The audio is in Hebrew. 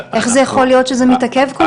איך זה יכול להיות שזה מתעכב כל כך?